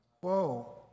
whoa